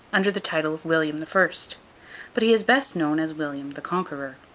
under the title of william the first but he is best known as william the conqueror.